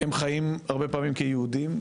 הם חיים הרבה פעמים כיהודים,